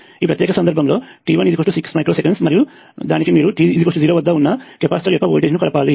ఈ ప్రత్యేక సందర్భంలో t1 6 మైక్రోసెకన్లు మరియు దానికి మీరు t0 వద్ద ఉన్నకెపాసిటర్ యొక్క వోల్టేజ్ను కలపాలి